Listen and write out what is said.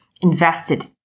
invested